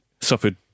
suffered